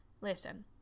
listen